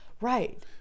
Right